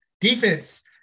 defense